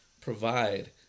provide